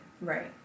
Right